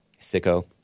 Sicko